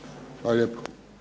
Hvala